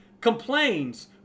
complains